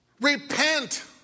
Repent